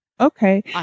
okay